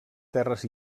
terres